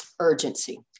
urgency